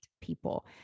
people